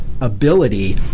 ability